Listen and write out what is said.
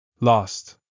lost